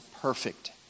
perfect